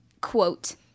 quote